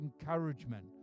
encouragement